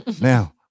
Now